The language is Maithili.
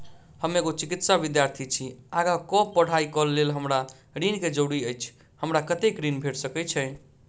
हम एगो चिकित्सा विद्यार्थी छी, आगा कऽ पढ़ाई कऽ लेल हमरा ऋण केँ जरूरी अछि, हमरा कत्तेक ऋण भेट सकय छई?